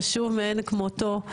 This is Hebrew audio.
חשוב מאין כמותו,